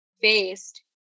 faced